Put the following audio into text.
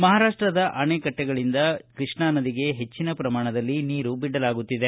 ಮಹಾರಾಷ್ಟದ ಅಣೆಕಟ್ಟೆಗಳಿಂದ ಕೃಷ್ಣಾ ನದಿಗೆ ಹೆಚ್ಚನ ಪ್ರಮಾಣದಲ್ಲಿ ನೀರು ಬಿಡಲಾಗುತ್ತಿದೆ